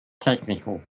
technical